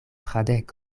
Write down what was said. fradeko